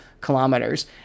kilometers